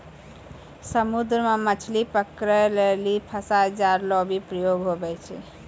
समुद्र मे मछली पकड़ै लेली फसा जाल रो भी प्रयोग हुवै छै